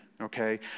okay